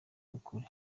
ukuri